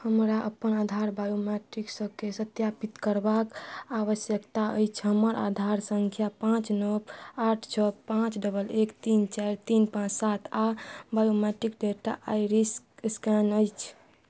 हमरा अपन आधार बायोमेट्रिक्सकेँ सत्यापित करबाक आवश्यकता अछि हमर आधार सँख्या पाँच नओ आठ छओ पाँच डबल एक तीन चारि तीन पाँच सात आओर बायोमेट्रिक डेटा आइरिस एस्कैन अछि